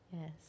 Yes